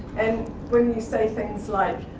and, when you say things like,